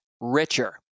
richer